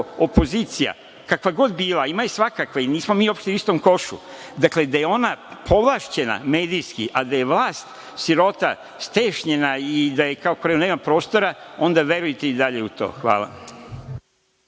opozicija, kakva god bila, ima je svakakve, nismo mi uopšte u istom košu, dakle, da je ona povlašćena medijski, a da je vlast sirota stešnjena i da kao nema prostora, onda verujte i dalje u to. Hvala.